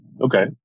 Okay